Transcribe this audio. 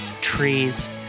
trees